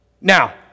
Now